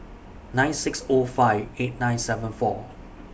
nine six O five eight nine seven four